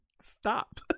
Stop